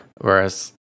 whereas